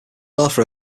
author